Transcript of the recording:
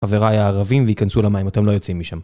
חבריי הערבים, היכנסו למים, אתם לא יוצאים משם.